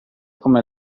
come